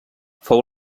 fou